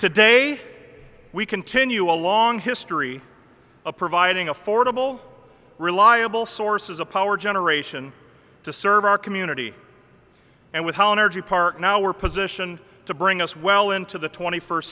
today we continue a long history of providing affordable reliable sources of power generation to serve our community and with counterpart now we're position to bring us well into the twenty first